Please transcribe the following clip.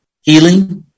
healing